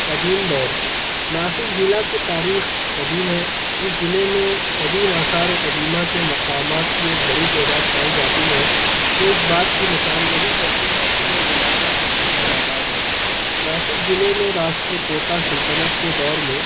قدیم دور ناسک ضلع کے تاریخ قدیم ہے اس ضلع میں قدیم آثار قدیمہ کے مقامات کی ایک بڑی تعداد پائی جاتی ہے جو اس بات کی نشاندہی کرتی ہے کہ یہ علاقہ صدیوں سے آباد ہے ناسک ضلع میں راشٹر کوتا سلطنت کے دور میں